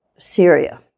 Syria